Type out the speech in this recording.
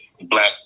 black